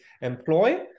employ